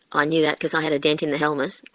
ah knew that because i had a dent in the helmet,